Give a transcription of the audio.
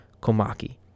Komaki